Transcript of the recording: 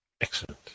Excellent